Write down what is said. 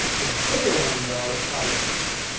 the bigger one, though, is probably management.